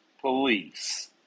police